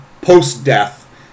post-death